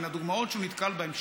מן הדוגמאות שהוא נתקל בהן.